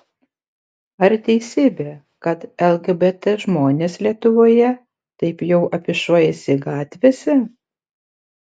ar teisybė kad lgbt žmonės lietuvoje taip jau afišuojasi gatvėse